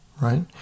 right